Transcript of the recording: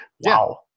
wow